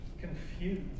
Confused